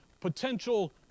potential